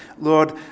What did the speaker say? Lord